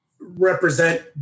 represent